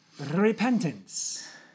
repentance